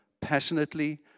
passionately